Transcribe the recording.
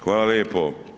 Hvala lijepo.